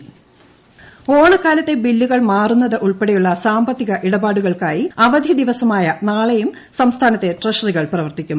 Thomas Isaac ഓണക്കാലത്തെ ബില്ലുകൾ മാറുന്നത് ഉൾപ്പെടെയുള്ള സാമ്പത്തിക ഇടപാടുകൾക്കായി അവധി ദിവസമായ നാളെയും സംസ്ഥാനത്തെ ട്രഷറികൾ പ്രവർത്തിക്കും